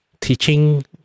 teaching